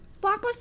Blockbuster